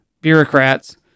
bureaucrats